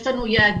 יש לנו יעדים,